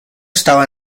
estaba